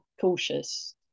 cautious